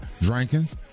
Drankins